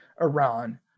Iran